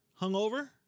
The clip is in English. hungover